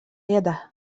يده